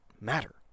matter